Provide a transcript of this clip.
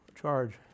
Charge